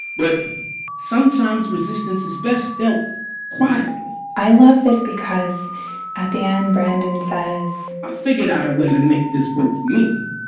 but sometimes resistance is best dealt quietly i love this because at the end, brandon says. i figured out a way to make this work for me.